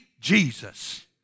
Jesus